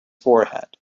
forehead